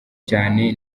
cyane